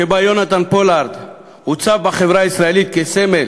שבהם יונתן פולארד הוצב בחברה הישראלית כסמל,